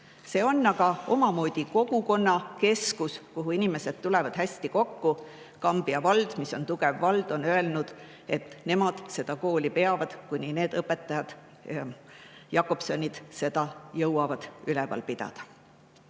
See on aga omamoodi kogukonnakeskus, kuhu inimesed tulevad heal meelel kokku. Kambja vald, mis on tugev vald, on öelnud, et nemad seda kooli peavad, kuni need õpetajad, need Jakobsonid, seda jõuavad üleval pidada.